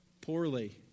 poorly